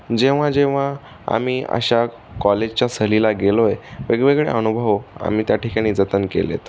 जेव्हा जेव्हा आम्ही अशा कॉलेजच्या सहलीला गेलो आहे वेगवेगळे अनुभव आम्ही त्याठिकाणी जतन केले आहेत